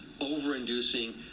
overinducing